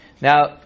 Now